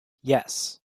yes